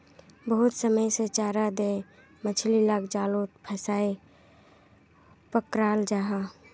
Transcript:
बहुत समय से चारा दें मछली लाक जालोत फसायें पक्राल जाहा